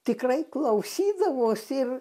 tikrai klausydavosi ir